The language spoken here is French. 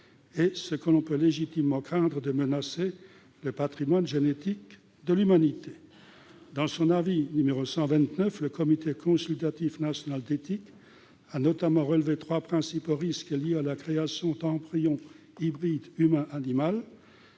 morales : on peut légitimement craindre que le patrimoine génétique de l'humanité ne soit menacé. Dans son avis n° 129, le Comité consultatif national d'éthique a notamment relevé trois principaux risques liés à la création d'embryons hybrides humain-animal.